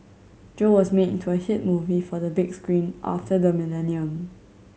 Joe was made into a hit movie for the big screen after the millennium